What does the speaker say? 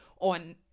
on